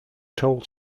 told